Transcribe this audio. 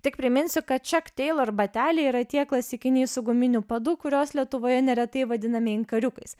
tik priminsiu kad ček teilor bateliai yra tie klasikiniai su guminiu padu kuriuos lietuvoje neretai vadiname inkariukais